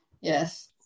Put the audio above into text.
yes